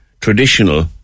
traditional